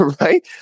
Right